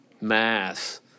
mass